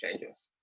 changes